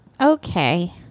Okay